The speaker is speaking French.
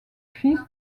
fils